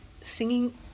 singing